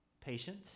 patient